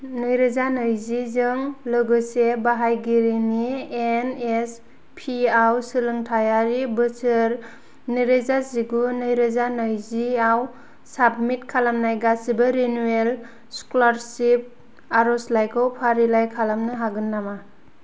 नैरोजा नैजिजों लोगोसे बाहायगिरिनि एन एस पि आव सोलोंथाइयारि बोसोर नैरोजा जिगु नैरोजानैजि आव साबमिट खालामनाय गासिबो रिनिउयेल स्कलारसिप आर'जलाइखौ फारिलाइ खालामनो हागोन नामा